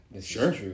Sure